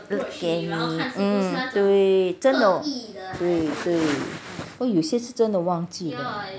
给你对真的有些是真的忘记的